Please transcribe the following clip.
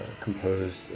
composed